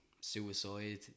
suicide